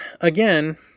again